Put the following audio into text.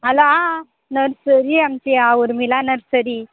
हालो आं नर्सरी आमची आं उर्मिला नर्सरी